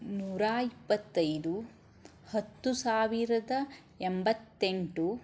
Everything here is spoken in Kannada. ನೂರ ಇಪ್ಪತ್ತೈದು ಹತ್ತು ಸಾವಿರದ ಎಂಬತ್ತೆಂಟು